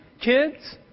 kids